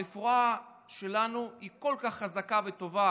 הרפואה שלנו היא כל כך חזקה וטובה,